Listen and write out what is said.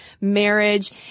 marriage